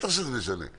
בטח שזה משנה.